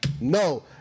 no